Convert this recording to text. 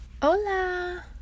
Hola